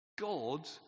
God